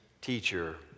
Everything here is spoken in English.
teacher